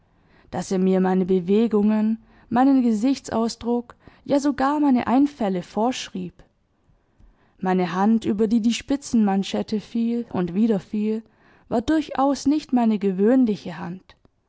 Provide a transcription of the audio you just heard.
daß er mir meine bewegungen meinen gesichtsausdruck ja sogar meine einfälle vorschrieb meine hand über die die spitzenmanschette fiel und wieder fiel war durchaus nicht meine gewöhnliche hand